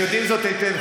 אתם יודעים זאת היטב,